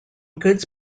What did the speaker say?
goods